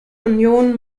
union